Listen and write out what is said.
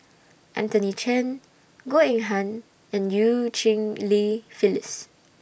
Anthony Chen Goh Eng Han and EU Cheng Li Phyllis